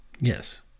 Yes